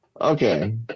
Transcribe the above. Okay